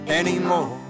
anymore